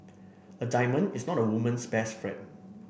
a diamond is not a woman's best friend